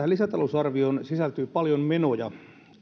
lisätalousarvioon sisältyy paljon menoja